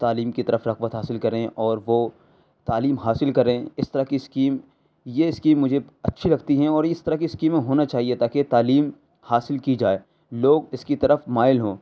تعلیم کی طرف رغبت حاصل کریں اور وہ تعلیم حاصل کریں اس طرح کی اسکیم یہ اسکیم مجھے اچّھی لگتی ہیں اور اس طرح کی اسکیمیں ہونا چاہیے تا کہ تعلیم حاصل کی جائے لوگ اس کی طرف مائل ہوں